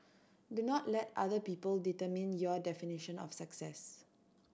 do not let other people determine your definition of success